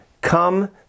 Come